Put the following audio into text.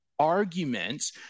arguments